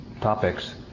topics